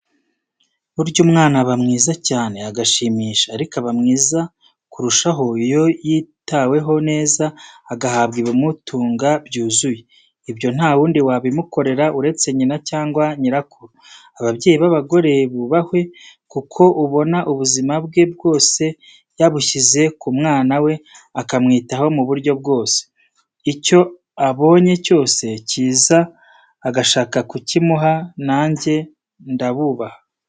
Burya umwana aba mwiza cyane arashimisha. Ariko aba mwiza kurushaho iyo yitaweho neza agahabwa ibimutunga byuzuye. Ibyo ntawundi wabimukorera uretse nyina cyangwa nyirakuru. Ababyeyi b'abagore bubahwe kuko ubona ubuzima bwe bwose yabushyize ku mwana we akamwitaho mu buryo bwose. Icyo abonye cyose kiza agashaka kukimuha najye ndabubaha .